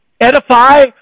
edify